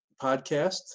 podcast